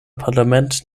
parlament